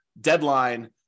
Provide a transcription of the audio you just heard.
deadline